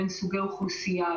בין סוגי אוכלוסייה,